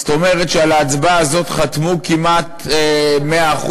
זאת אומרת שעל ההצעה הזאת חתמו כמעט 100%